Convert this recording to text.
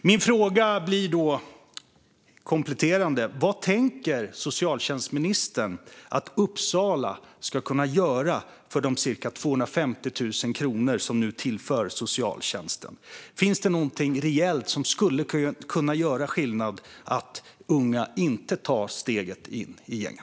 Min kompletterande fråga blir: Vad tänker socialtjänstministern att Uppsala ska kunna göra för de cirka 250 000 kronor som nu tillförs socialtjänsten - finns det någonting reellt man skulle kunna göra för att unga inte ska ta steget in i gängen?